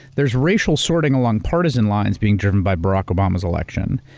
there's racial sorting along partisan lines being driven by barack obama's election,